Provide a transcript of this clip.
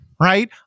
Right